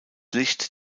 licht